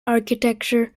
architecture